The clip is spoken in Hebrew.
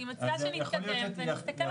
אני מציעה שנתקדם ונסתכל אחר כך.